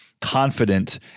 confident